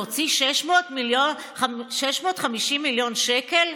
להוציא 650 מיליון שקל?